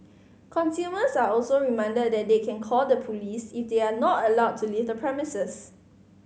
consumers are also reminded that they can call the police if they are not allowed to leave the premises